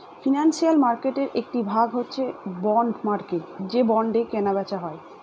financial মার্কেটের একটি ভাগ হচ্ছে বন্ড মার্কেট যে বন্ডে কেনা বেচা হয়